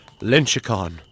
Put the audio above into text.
Lynchicon